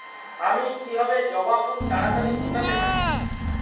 আমি কিভাবে জবা ফুল তাড়াতাড়ি ফোটাতে পারি?